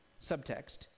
Subtext